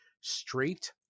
straight